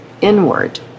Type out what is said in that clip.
inward